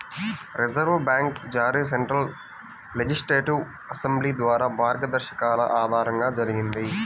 reserve bank జారీ central legislative assembly ద్వారా మార్గదర్శకాల ఆధారంగా జరిగింది